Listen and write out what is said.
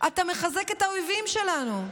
אתה מחזק את האויבים שלנו.